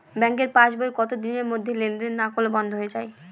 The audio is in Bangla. ব্যাঙ্কের পাস বই কত দিনের মধ্যে লেন দেন না করলে বন্ধ হয়ে য়ায়?